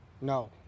No